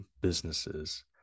businesses